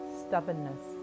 stubbornness